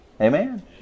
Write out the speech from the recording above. Amen